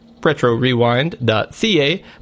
retrorewind.ca